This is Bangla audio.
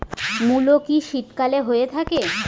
মূলো কি শীতকালে হয়ে থাকে?